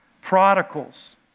prodigals